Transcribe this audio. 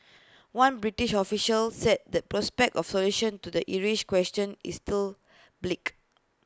one British official said the prospect of A solution to the Irish question is still bleak